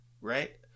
right